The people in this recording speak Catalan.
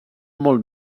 molt